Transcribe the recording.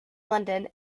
london